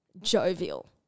jovial